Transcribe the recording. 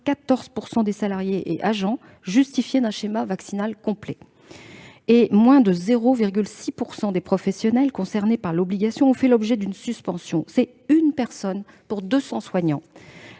94 % des salariés et agents justifiaient d'un schéma vaccinal complet et moins de 0,6 % des professionnels concernés par l'obligation vaccinale avaient fait l'objet d'une suspension- soit une personne pour deux cents